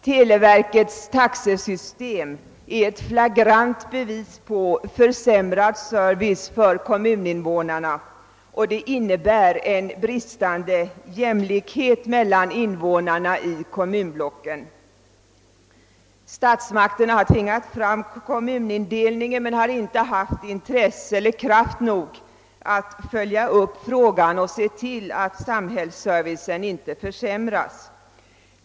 Televerkets taxesystem är ett flagrant bevis på försämrad service för kommuninvånarna och innebär en bristande jämlikhet mellan invånarna i kommunblocken. Statsmakterna har tvingat fram kommunindelningen men har inte haft intresse och kraft nog att följa upp frågan och se till att samhällsservicen inte försämras.